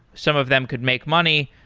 some of them could make money,